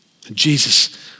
Jesus